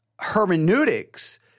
hermeneutics